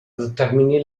determini